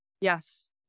Yes